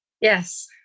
Yes